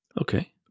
Okay